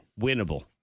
Winnable